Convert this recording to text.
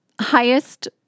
highest